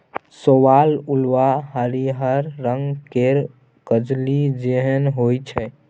शैवाल उल्वा हरिहर रंग केर कजली जेहन होइ छै